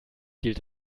hielt